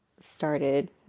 started